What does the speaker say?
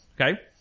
Okay